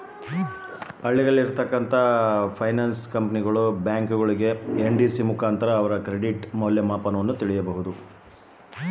ಹಳ್ಳಿಗಳಲ್ಲಿ ಕ್ರೆಡಿಟ್ ಮೌಲ್ಯಮಾಪನ ಯಾವ ರೇತಿ ಪಡೆಯುವುದು?